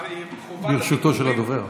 ברשותו של הדובר.